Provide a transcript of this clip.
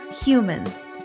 humans